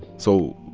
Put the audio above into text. so,